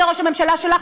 זה ראש הממשלה שלך,